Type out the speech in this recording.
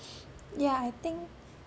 yeah I think